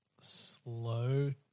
slow